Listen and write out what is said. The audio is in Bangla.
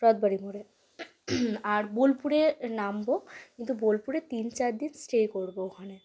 রত বাড়ির মোড়ে আর বোলপুরে নামবো কিন্তু বোলপুরে তিন চার দিন স্টে করবো ওখানে